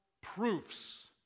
proofs